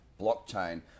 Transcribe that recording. blockchain